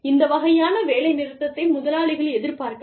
இந்த வகையான வேலைநிறுத்தத்தை முதலாளிகள் எதிர்பார்க்கலாம்